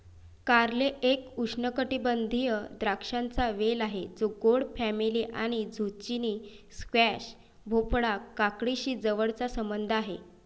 कारले एक उष्णकटिबंधीय द्राक्षांचा वेल आहे जो गोड फॅमिली आणि झुचिनी, स्क्वॅश, भोपळा, काकडीशी जवळचा संबंध आहे